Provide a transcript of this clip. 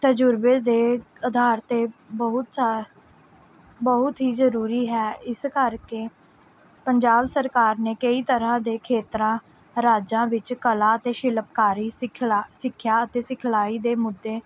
ਤਜੁਰਬੇ ਦੇ ਅਧਾਰ 'ਤੇ ਬਹੁਤ ਸਾਰ ਬਹੁਤ ਹੀ ਜ਼ਰੂਰੀ ਹੈ ਇਸ ਕਰਕੇ ਪੰਜਾਬ ਸਰਕਾਰ ਨੇ ਕਈ ਤਰ੍ਹਾਂ ਦੇ ਖੇਤਰਾਂ ਰਾਜਾਂ ਵਿੱਚ ਕਲਾ ਅਤੇ ਸ਼ਿਲਪਕਾਰੀ ਸਿਖਲਾ ਸਿੱਖਿਆ ਅਤੇ ਸਿਖਲਾਈ ਦੇ ਮੁੱਦੇ